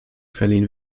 verliehen